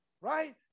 right